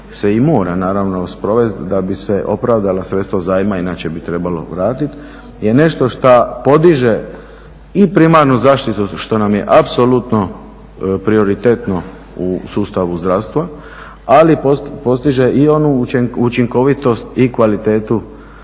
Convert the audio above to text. se i mora naravno sprovest da bi se opravdala sredstva zajma, inače bi trebalo vratit, je nešto što podiže i primarnu zaštitu što nam je apsolutno prioritetno u sustavu zdravstva, ali postiže i onu učinkovitost i kvalitetu